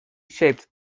shaped